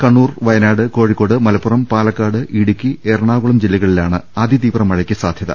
കണ്ണൂർ വയനാട് കോഴിക്കോട് മലപ്പുറം പാലക്കാട് ഇടുക്കി എറണാകുളം ജില്ലകളിലാണ് അതി തീവ്രമഴക്ക് സാധൃത